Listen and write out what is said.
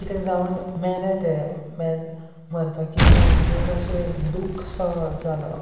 कितें जावन मेलें तें मेल मरतकीर मागीर अशें दुख्ख सो जालो